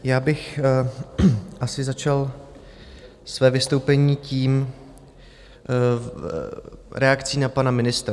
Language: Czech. Já bych asi začal své vystoupení reakcí na pana ministra.